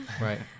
right